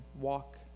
walk